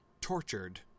tortured